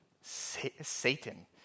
Satan